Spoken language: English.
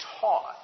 taught